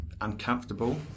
uncomfortable